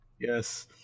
Yes